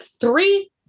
three